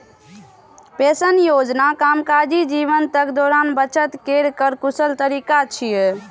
pension योजना कामकाजी जीवनक दौरान बचत केर कर कुशल तरीका छियै